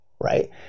right